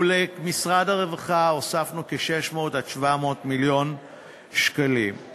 ולמשרד הרווחה הוספנו 600 700 מיליון שקלים,